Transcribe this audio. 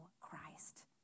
Christ